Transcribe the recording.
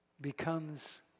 becomes